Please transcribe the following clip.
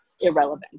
irrelevant